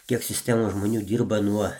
kiek sistemų žmonių dirba nuo